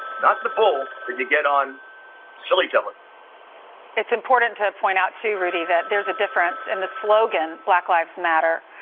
not the ball that you get on sillitoe. um it's important to point out too, rudy, that there's a difference in and the slogan black lives matter.